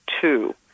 two